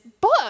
book